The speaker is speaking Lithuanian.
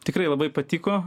tikrai labai patiko